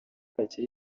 hakiri